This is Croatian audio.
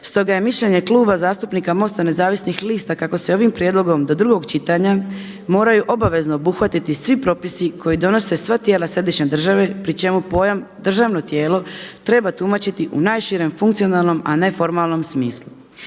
Stoga je mišljenje Kluba zastupnika MOST-a nezavisnih lista kako se ovim prijedlogom do drugog čitanja moraju obavezno obuhvatiti svi propisi koji donose sva tijela središnje države pri čemu pojam državno tijelo treba tumačiti u najširem funkcionalnom, a ne formalnom smislu.